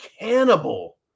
cannibal